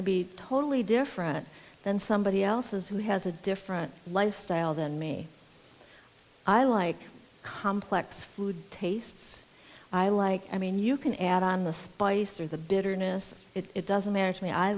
to be totally different than somebody else's who has a different lifestyle than me i like complex food tastes i like i mean you can add on the spice or the bitterness it doesn't matter to me i